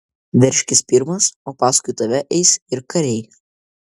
veržkis pirmas o paskui tave eis ir kariai